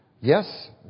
yes